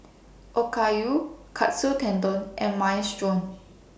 Okayu Katsu Tendon and Minestrone